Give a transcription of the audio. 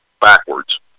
backwards